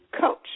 coach